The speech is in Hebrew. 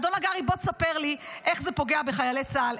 אדון הגרי, בוא תספר לי איך זה פוגע בחיילי צה"ל.